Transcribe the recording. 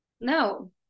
no